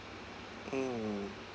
mm